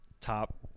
top